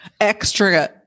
Extra